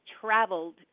traveled